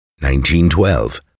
1912